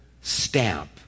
stamp